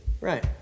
right